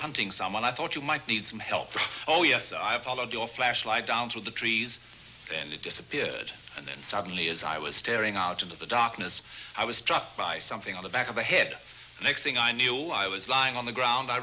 hunting someone i thought you might need some help oh yes i'll do a flashlight dolls with the trees and it disappeared and then suddenly as i was staring out into the darkness i was struck by something on the back of the head next thing i knew i was lying on the ground i